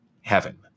heaven